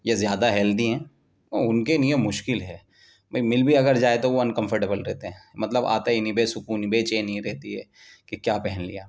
یا زیادہ ہیلدی ہیں ان کے لیے مشکل ہے بھئی مل بھی اگر جائے تو ان کنفرٹیبل رہتے ہیں مطلب آتا ہی نہیں بے سکونی بے چینی رہتی ہے کہ کیا پہن لیا